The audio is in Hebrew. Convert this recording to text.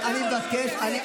הופכת את רוחנו לבהמית,